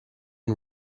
and